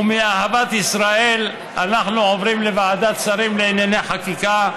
ומאהבת ישראל אנחנו עוברים לוועדת שרים לענייני חקיקה,